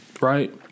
right